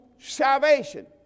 salvation